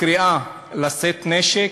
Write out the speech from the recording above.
הקריאה לשאת נשק,